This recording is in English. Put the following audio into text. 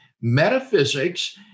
Metaphysics